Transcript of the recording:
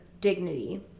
dignity